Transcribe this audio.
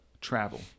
travel